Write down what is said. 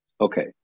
okay